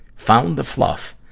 found the fluff,